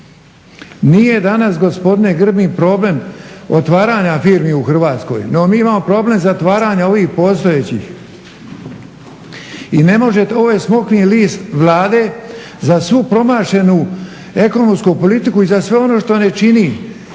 Nije danas gospodine Grbin problem otvaranja firmi u Hrvatskoj, no mi imamo problem zatvaranja ovih postojećih i ne možete ovaj smokvin list Vlade za svu promašenu ekonomsku politiku i za sve ono što ne čini